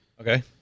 Okay